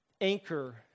anchor